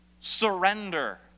surrender